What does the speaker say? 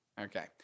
okay